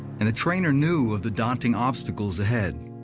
and the trainer knew of the daunting obstacles ahead,